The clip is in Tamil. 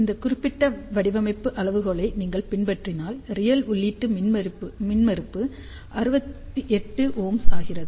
இந்த குறிப்பிட்ட வடிவமைப்பு அளவுகோல்களை நீங்கள் பின்பற்றினால் ரியல் உள்ளீட்டு மின்மறுப்பு 68Ω ஆகிறது